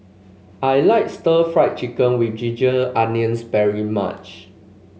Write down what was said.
I like Stir Fried Chicken with Ginger Onions very much